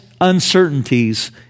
uncertainties